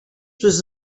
was